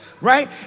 right